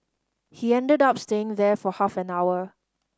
he ended up staying there for half an hour